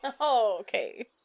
okay